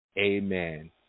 amen